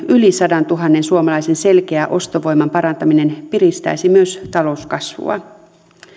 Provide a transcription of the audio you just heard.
yli sadantuhannen suomalaisen selkeä ostovoiman parantaminen piristäisi myös talouskasvua